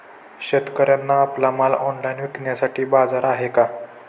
शेतकऱ्यांना आपला माल ऑनलाइन विकण्यासाठी बाजार आहे का?